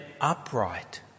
upright